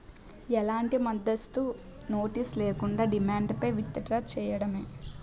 ఎలాంటి ముందస్తు నోటీస్ లేకుండా, డిమాండ్ పై విత్ డ్రా చేయడమే